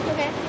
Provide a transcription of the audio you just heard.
Okay